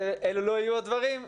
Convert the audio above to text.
שזה לא יהיו הדברים,